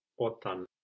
Otan